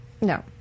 No